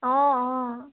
অঁ অঁ